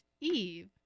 Eve